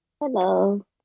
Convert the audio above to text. Hello